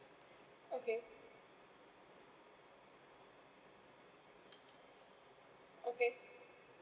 okay okay